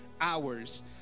hours